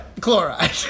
chloride